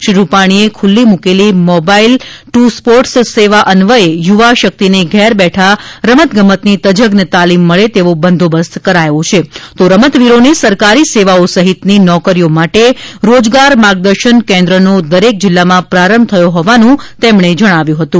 શ્રી રૂપાણીએ ખુલ્લી મૂકેલી મોબાઈલ ટુ સ્પોર્ટ્સ સેવા અન્વયે યુવા શક્તિને ઘેર બેઠા રમતગમતની તજજ્ઞ તાલીમ મળે તેવો બંદોબસ્ત કરાયો છે તો રમતવીરોને સરકારી સેવાઓ સહિતની નોકરીઓ માટે રોજગાર માર્ગદર્શન કેન્દ્રનો દરેક જિલ્લામાં પ્રારંભ થયો હોવાનું તેમણે જણાવ્યુ હતું